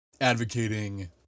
advocating